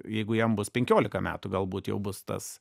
jeigu jam bus penkiolika metų galbūt jau bus tas